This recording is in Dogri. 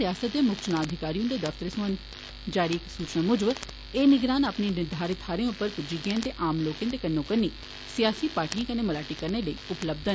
रियासत दे मुक्ख चुना अधिकारी हुंदे दफ्तरै सोआं जारी इक सूचना मुजब एह् निगरान अपनी निर्धारित थाहरें पर पुज्जी गे'न ते आम लोकें दे कन्नोकन्नी सियासी पार्टियें कन्नै मलाटी करने लेई उपलब्ध न